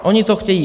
Oni to chtějí!